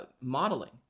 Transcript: modeling